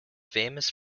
famous